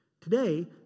Today